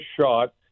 shot